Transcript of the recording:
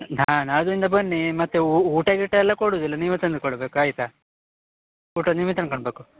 ನಾ ನಾಡಿದ್ದಿಂದ ಬನ್ನಿ ಮತ್ತು ಊಟ ಗೀಟ ಎಲ್ಲ ಕೊಡೋದಿಲ್ಲ ನೀವೇ ತಂದ್ಕೊಳ್ಬೇಕು ಆಯ್ತಾ ಊಟ ನೀವೇ ತಂದ್ಕೊಳ್ಬೇಕು